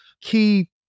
key